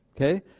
okay